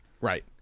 Right